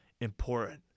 important